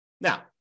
Now